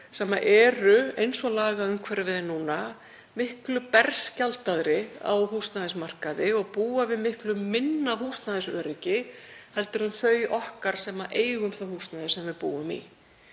sem eru, eins og lagaumhverfið er núna, miklu berskjaldaðri á húsnæðismarkaði og búa við miklu minna húsnæðisöryggi en þau okkar sem eigum það húsnæði sem við búum í.